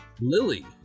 Lily